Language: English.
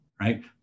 Right